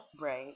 Right